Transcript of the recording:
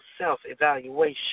self-evaluation